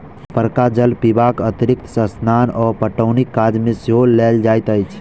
उपरका जल पीबाक अतिरिक्त स्नान आ पटौनीक काज मे सेहो लेल जाइत अछि